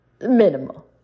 minimal